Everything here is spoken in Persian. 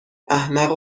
احمق